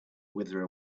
wither